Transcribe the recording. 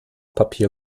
papier